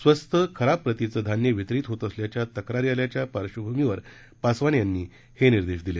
स्वस्त खराब प्रतीचं धान्य वितरित होत असल्याच्या तक्रारी आल्याच्या पार्श्वभूमीवर पासवान यांनी हे निर्देश दिले